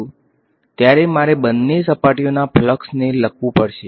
તેથી જ્યારે હું આ ડાયવર્જન્સ પ્રમેયને લખું છું ત્યારે મારે બંને સપાટીઓના ફ્લક્સ ને લખવુ પડશે